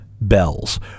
bells